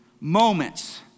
moments